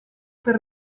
per